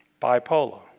bipolar